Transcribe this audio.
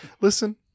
Listen